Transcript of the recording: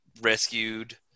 rescued